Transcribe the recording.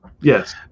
yes